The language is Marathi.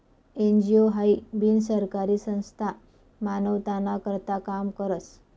एन.जी.ओ हाई बिनसरकारी संस्था मानवताना करता काम करस